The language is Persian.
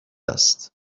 است